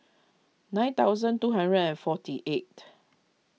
nine thousand two hundred and forty eight